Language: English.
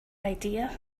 idea